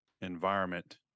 environment